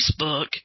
Facebook